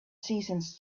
seasons